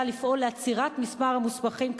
לפעול לעצירת מספר המוסמכים כעורכי-דין.